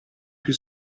più